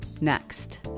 next